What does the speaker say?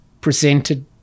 presented